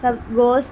سب گوشت